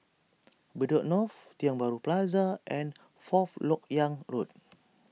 Bedok North Tiong Bahru Plaza and Fourth Lok Yang Road